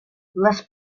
les